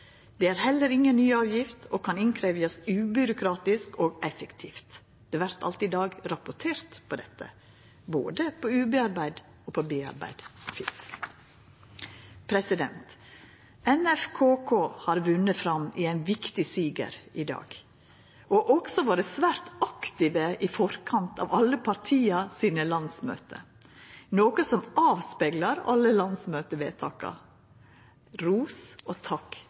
Det er heller inga ny avgiftsbelastning og kan innkrevjast ubyråkratisk og effektivt. Det vert alt i dag rapportert når det gjeld dette, både på uforedla og foredla fisk. Nettverk fjord- og kystkommunar, NFKK, har vunne fram og fått ein viktig siger i dag. Dei har også vore svært aktive i forkant av alle partia sine landsmøter, noko som avspeglar alle landsmøtevedtaka. Ros og takk